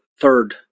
third